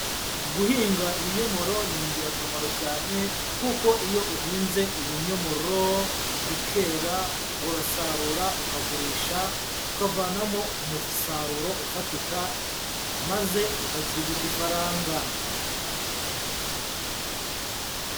Guhinga ibinyomoro ni ingirakamaro cyane kuko iyo uhinze ibinyomoro bikera, urasarura ukagurisha ukavanamo umusaruro ufatika maze ugakirigita ifaranga.